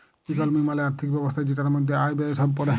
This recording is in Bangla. ইকলমি মালে আর্থিক ব্যবস্থা জেটার মধ্যে আয়, ব্যয়ে সব প্যড়ে